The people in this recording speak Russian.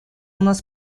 нас